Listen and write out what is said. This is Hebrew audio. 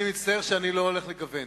אני מצטער שאני לא הולך לגוון.